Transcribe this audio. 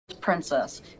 princess